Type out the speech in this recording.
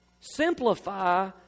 Simplify